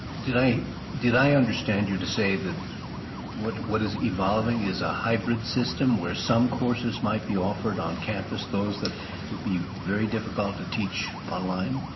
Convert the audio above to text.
did i did i understand you to say that what is evolving is a hybrid system where some courses might be offered on campus, those that would be very difficult to teach online?